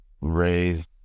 raised